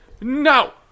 No